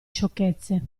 sciocchezze